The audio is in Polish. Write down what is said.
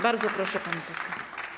Bardzo proszę, pani poseł.